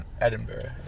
Edinburgh